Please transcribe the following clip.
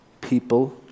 people